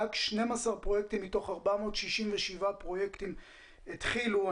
רק 12 פרויקטים מתוך 467 פרויקטים התחילו.